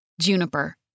Juniper